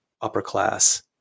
upper-class